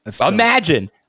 Imagine